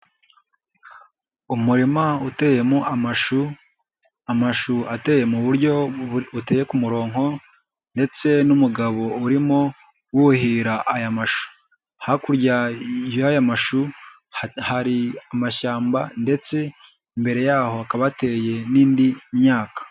Umurima uteyemo amashu. Amashu ateye mu buryo buteye ku murongo, ndetse n'umugabo urimo wuhira aya mashu. Hakurya y'aya mashu hari amashyamba, ndetse imbere yaho hakaba hateye n'indi myaka.